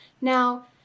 Now